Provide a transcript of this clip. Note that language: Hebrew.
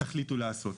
תחליטו לעשות.